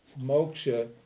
moksha